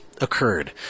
occurred